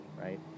right